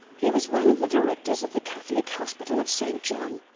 he was one of the directors of the catholic hospital of st john